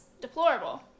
deplorable